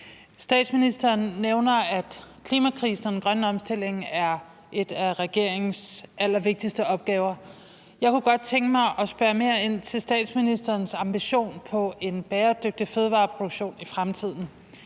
Statsministeren nævner, at klimakrisen og den grønne omstilling er en af regeringens allervigtigste opgaver. Jeg kunne godt tænke mig at spørge mere ind til statsministerens ambition for en bæredygtig fødevareproduktion i fremtiden.